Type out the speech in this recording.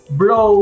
bro